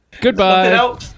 Goodbye